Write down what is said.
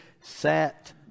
sat